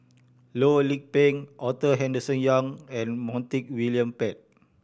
Loh Lik Peng Arthur Henderson Young and Montague William Pett